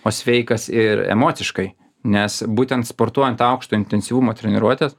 o sveikas ir emociškai nes būtent sportuojant aukšto intensyvumo treniruotes